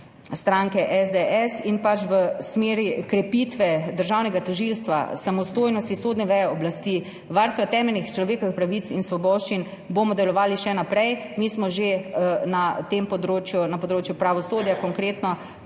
stranke SDS. V smeri krepitve Državnega tožilstva, samostojnosti sodne veje oblasti, varstva temeljnih človekovih pravic in svoboščin bomo delovali še naprej. Mi smo konkretno na področju pravosodja že